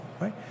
right